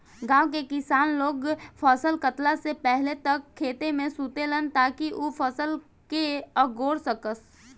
गाँव के किसान लोग फसल काटला से पहिले तक खेते में सुतेलन ताकि उ फसल के अगोर सकस